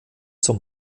zum